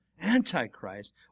Antichrist